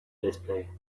display